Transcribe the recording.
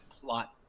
plot